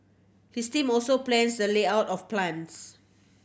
his team also plans the layout of plants